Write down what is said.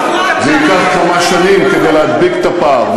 ייקח כמה שנים להדביק את הפער,